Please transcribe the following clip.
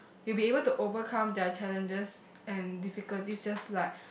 will be able to overcome their challenges and difficulties just like